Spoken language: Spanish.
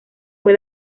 fue